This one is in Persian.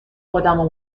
خودمو